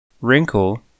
Wrinkle